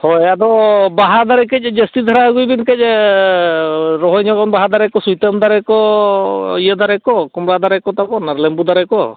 ᱦᱳᱭ ᱟᱫᱚ ᱵᱟᱦᱟ ᱫᱟᱨᱮ ᱠᱟᱹᱡ ᱡᱟᱹᱥᱛᱤ ᱫᱷᱟᱨᱟ ᱟᱹᱜᱩᱭ ᱵᱤᱱ ᱠᱟᱹᱡ ᱨᱚᱦᱚᱭ ᱧᱚᱜ ᱢᱮ ᱵᱟᱦᱟ ᱫᱟᱨᱮ ᱠᱚ ᱥᱩᱭᱛᱟᱹᱢ ᱫᱟᱨᱮ ᱠᱚ ᱤᱭᱟᱹ ᱫᱟᱨᱮ ᱠᱚ ᱠᱚᱵᱟ ᱫᱟᱨᱮ ᱠᱚ ᱛᱟᱵᱚᱱ ᱟᱨ ᱞᱮᱵᱩ ᱫᱟᱨᱮ ᱠᱚ